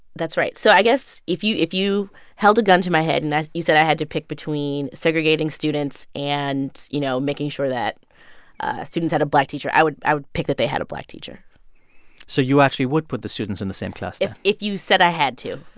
that's right. so i guess if you if you held a gun to my head and you said i had to pick between segregating students and, you know, making sure that students had a black teacher, i would i would pick that they had a black teacher so you actually would put the students in the same class then? if you said i had to